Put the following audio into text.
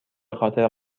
خاطر